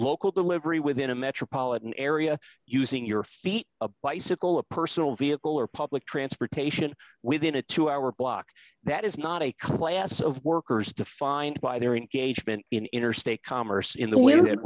local delivery within a metropolitan area using your feet a bicycle a personal vehicle or public transportation within a two hour block that is not a class of workers defined by their engagement in interstate commerce in the winter